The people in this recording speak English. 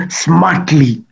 smartly